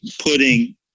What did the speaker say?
putting